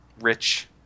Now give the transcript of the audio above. rich